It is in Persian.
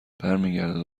برمیگردد